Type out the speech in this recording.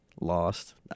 lost